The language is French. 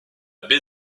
baie